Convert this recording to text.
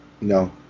No